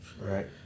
Right